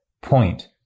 point